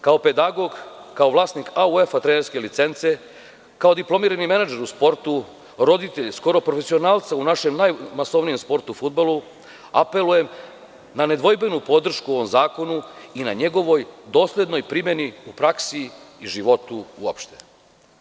Kao pedagog, kao vlasnik UEFA trenerske licence, kao diplomirani menadžer u sportu, roditelj skoro profesionalca u našem najmasovnijem sportu, fudbalu, apelujem na nedvojbenu podršku ovom zakonu i na njegovoj doslednoj primeni u praksi i životu uopšte.